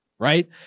Right